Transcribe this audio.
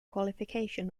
qualification